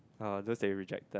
ah those that you rejected